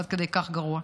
עד כדי כך גרוע.